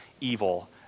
evil